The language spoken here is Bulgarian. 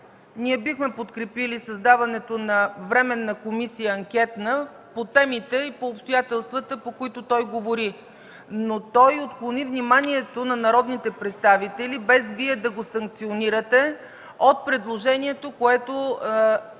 ние бихме подкрепили създаването на Временна анкетна комисия по темите и обстоятелствата, по които той говори. Той обаче отклони вниманието на народните представители, без Вие да го санкционирате, от предложението, което